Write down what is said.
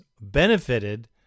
benefited